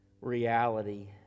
reality